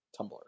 Tumblr